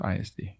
ISD